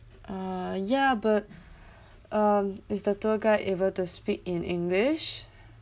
uh ya but um is the tour guide able to speak in english